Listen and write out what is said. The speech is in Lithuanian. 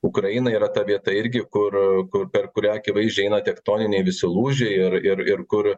ukraina yra ta vieta irgi kur kur per kurią akivaizdžiai eina tektoniniai visi lūžiai ir ir ir kur